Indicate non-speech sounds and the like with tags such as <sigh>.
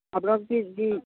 আপনা <unintelligible>